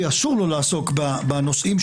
אשר הם משמשים כשלוחה,